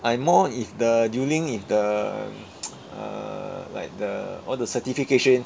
I am more on with the dealing with the err like the all the certification